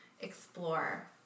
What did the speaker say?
explore